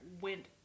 went